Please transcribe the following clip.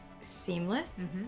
seamless